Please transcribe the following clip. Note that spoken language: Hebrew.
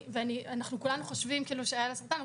וכולנו חושבים שהיה לה סרטן,